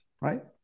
right